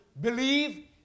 Believe